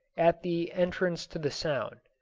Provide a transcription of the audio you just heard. at the entrance to the sound.